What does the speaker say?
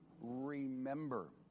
remember